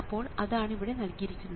അപ്പോൾ അതാണ് അവിടെ നൽകിയിരിക്കുന്നത്